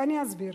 ואני אסביר,